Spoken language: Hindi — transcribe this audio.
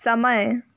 समय